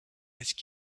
ice